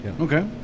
okay